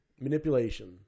manipulation